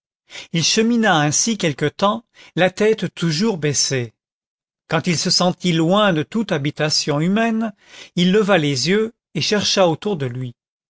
il chemina ainsi quelque temps la tête toujours baissée quand il se sentit loin de toute habitation humaine il leva les yeux et chercha autour de lui